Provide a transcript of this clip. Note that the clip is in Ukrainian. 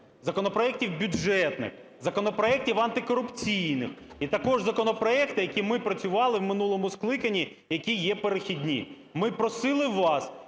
законопроектів бюджетних, законопроектів антикорупційних і також законопроекти, які ми працювали в минулому скликанні, які є перехідні. Ми просили вас,